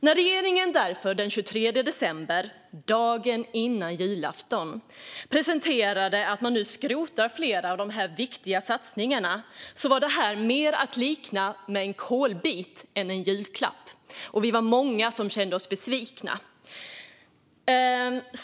När regeringen därför den 23 december, dagen före julafton, presenterade att man nu skrotar flera av dessa viktiga satsningar var det mer att likna vid en kolbit än en julklapp. Och vi var många som kände oss besvikna.